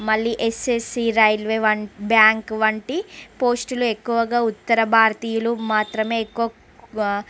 మళ్ళీ SSC railway వంటి bank వంటి పోస్టులు ఎక్కువగా ఉత్తర భారతీయులు మాత్రమే ఎక్కువగా